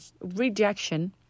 rejection